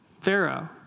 Pharaoh